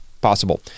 Possible